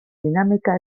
dinamika